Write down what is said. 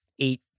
eight